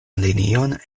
linion